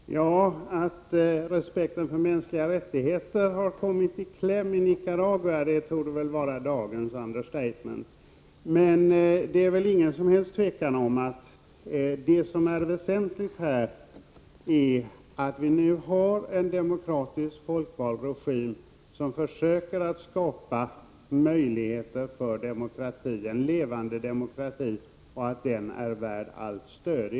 Herr talman! Att respekten för mänskliga rättigheter har kommit i kläm i Nicaragua torde vara dagens understatement. Det råder inget som helst tvivel om att det väsentliga nu är att det blir en demokratiskt folkvald regim som försöker skapa möjligheter för en levande demokrati. Den är värd allt stöd.